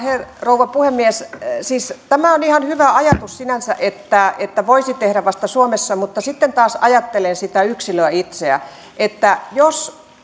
rouva puhemies siis tämä on ihan hyvä ajatus sinänsä että että voisi tehdä vasta suomessa mutta kun sitten taas ajattelen sitä yksilöä itseä että jos